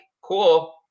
cool